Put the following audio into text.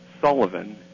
Sullivan